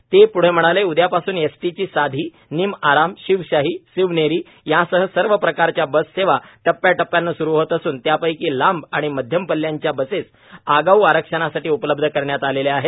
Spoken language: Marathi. यांनी ते प्ढे म्हणाले उद्यापासून एसटीची साधी निमआराम शिवशाही शिवनेरी यासर्व प्रकारच्या बस सेवा मूळ तिकीट दरात टप्याटप्याने सूरु होत असून त्यापैकी लांब आणि मध्यम पल्ल्याच्या बसेस आगाऊ आरक्षणासाठी उपलब्ध करण्यात आलेल्या आहेत